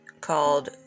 called